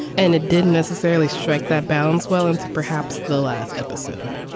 and it didn't necessarily strike that balance well into perhaps the last episode.